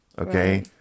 okay